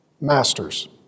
Masters